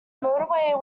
motorway